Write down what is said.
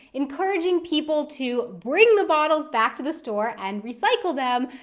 encouraging people to bring the bottles back to the store and recycle them,